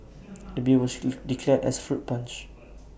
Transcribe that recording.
the beer was be declared as fruit punch